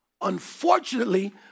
Unfortunately